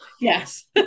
yes